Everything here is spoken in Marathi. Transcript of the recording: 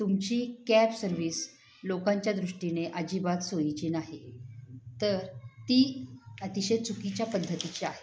तुमची कॅब सर्विस लोकांच्या दृष्टीने अजिबात सोयीची नाही तर ती अतिशय चुकीच्या पद्धतीची आहे